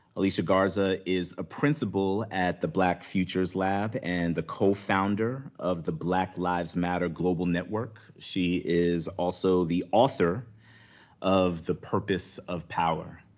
alicia garza is a principal at the black futures lab and the co-founder of the black lives matter global network. she is also the author of the purpose of power.